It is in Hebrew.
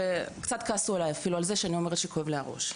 וקצת כעסו עליי אפילו על זה שאני אומרת שכואב לי הראש.